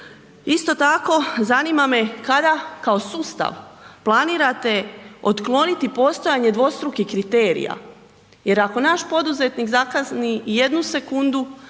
Isto tako, zanima me kada, kao sustav, planirate otkloniti postojanje dvostrukih kriterija, jer ako naš poduzetnik zakasni i jednu sekundu,